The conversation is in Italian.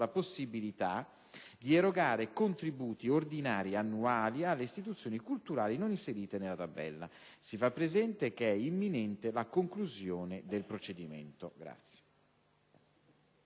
possibilità di erogare contributi ordinari annuali alle istituzioni culturali non inserite nella tabella. Fa presente che è imminente la conclusione del procedimento.